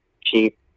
cheap